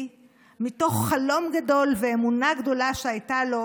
מתוך חלום גדול ואמונה גדולה שהייתה לו